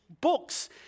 books